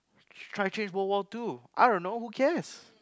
try to change World War Two I don't know who cares